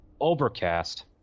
Overcast